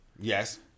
Yes